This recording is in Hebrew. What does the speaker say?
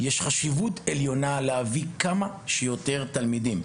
ישנה חשיבות בלהביא כמה שיותר תלמידים.